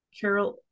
Carol